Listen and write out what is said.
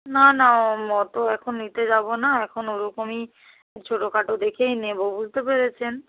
না না মটো এখন নিতে যাবো না এখন ওরকমই ছোটো খাটো দেখেই নেবো বুঝতে পেরেছেন